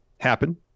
happen